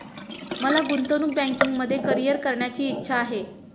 मला गुंतवणूक बँकिंगमध्ये करीअर करण्याची इच्छा आहे